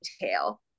detail